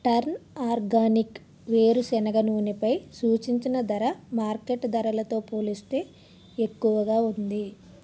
turn organic వేరుశనగ నూనెపై సూచించిన ధర మార్కెట్ ధరలతో పోలిస్తే ఎక్కువగా ఉంది